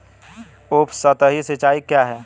उपसतही सिंचाई क्या है?